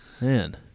Man